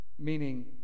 Meaning